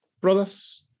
Brothers